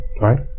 Right